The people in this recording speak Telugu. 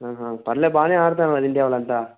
పర్ల బాగానే ఆడుతున్నారు మరి ఇండియా వాళ్ళంతా